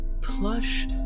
plush